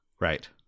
Right